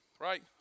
right